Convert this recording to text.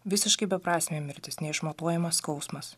visiškai beprasmė mirtis neišmatuojamas skausmas